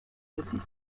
outils